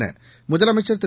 என முதலமைச்சர் திரு